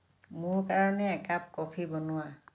মোৰ কাৰণে a cup coffee বনোৱা